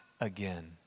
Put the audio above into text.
again